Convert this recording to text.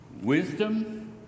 wisdom